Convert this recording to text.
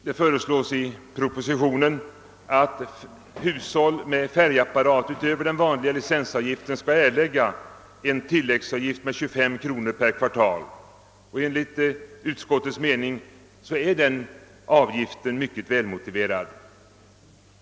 Det föreslås i propositionen att hushåll med färgapparat utöver den vanliga licensavgiften skall erlägga en tillläggsavgift med 25 kronor per kvartal. Enligt utskottets mening är denna avgift mycket välmotiverad.